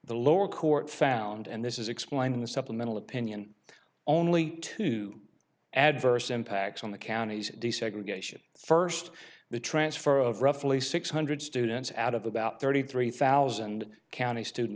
the lower court found and this is explained in the supplemental opinion only to adverse impacts on the county's desegregation first the transfer of roughly six hundred students out of about thirty three thousand county student